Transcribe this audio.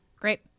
Great